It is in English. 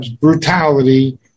brutality